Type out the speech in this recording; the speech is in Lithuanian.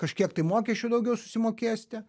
kažkiek tai mokesčių daugiau susimokėsite